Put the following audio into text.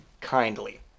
kindly